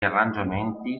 arrangiamenti